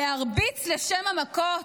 להרביץ לשם המכות,